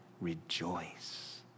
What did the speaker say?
rejoice